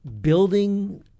building